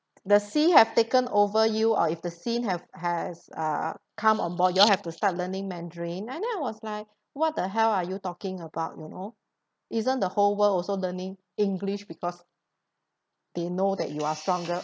the sea have taken over you or if the scene have has uh come on board you all have to start learning mandarin and then I was like what the hell are you talking about you know isn't the whole world also learning english because they know that you are stronger